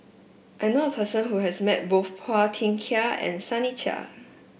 I now a person who has met both Phua Thin Kiay and Sunny Sia